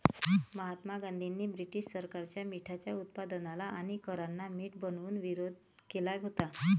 महात्मा गांधींनी ब्रिटीश सरकारच्या मिठाच्या उत्पादनाला आणि करांना मीठ बनवून विरोध केला होता